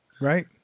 Right